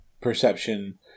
perception